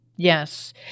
Yes